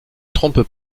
trompes